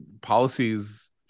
policies